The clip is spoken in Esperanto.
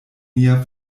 nia